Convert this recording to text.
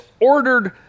ordered